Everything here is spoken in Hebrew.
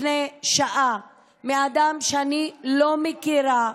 מאדם שאני לא מכירה.